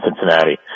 Cincinnati